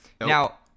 Now